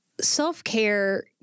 self-care